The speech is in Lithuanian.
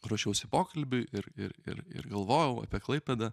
ruošiausi pokalbiui ir ir ir ir galvojau apie klaipėdą